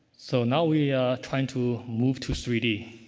so, now we trying to move to three d.